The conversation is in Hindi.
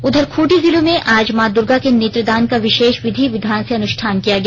उधर खूंटी जिले में आज मां दुर्गा के नेत्रदान का विशेष विधि विधान से अनुष्ठान किया गया